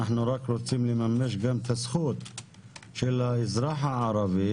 אנחנו רק רוצים לממש את הזכות של האזרח הערבי,